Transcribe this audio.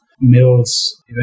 mills